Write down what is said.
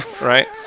right